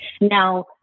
Now